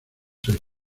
seis